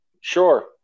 Sure